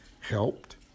helped